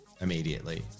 immediately